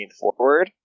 forward